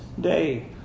Day